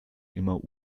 immer